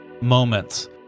moments